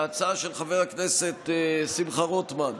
ההצעה של חבר הכנסת שמחה רוטמן,